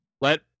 let